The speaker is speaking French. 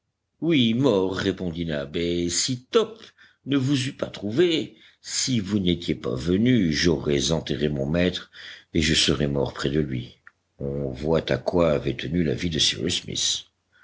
oui mort répondit nab et si top ne vous eût pas trouvés si vous n'étiez pas venus j'aurais enterré mon maître et je serais mort près de lui on voit à quoi avait tenu la vie de cyrus smith